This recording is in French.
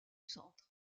centre